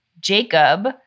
Jacob